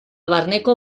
barneko